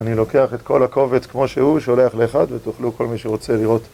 אני לוקח את כל הקובץ כמו שהוא, שולח לאחד, ותוכלו כל מי שרוצה לראות.